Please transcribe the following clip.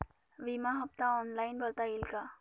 विमा हफ्ता ऑनलाईन भरता येईल का?